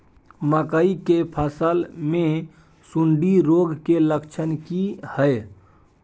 मकई के फसल मे सुंडी रोग के लक्षण की हय?